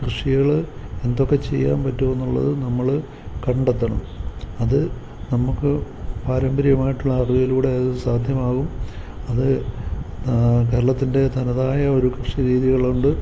കൃഷികൾ എന്തൊക്കെ ചെയ്യാൻ പറ്റുമെന്നുള്ളത് നമ്മൾ കണ്ടെത്തണം അത് നമുക്ക് പാരമ്പര്യമായിട്ടുള്ള അറിവിലൂടെ അത് സാധ്യമാവും അത് കേരളത്തിൻ്റെ തനതായ ഒരു കൃഷി രീതികളുണ്ട്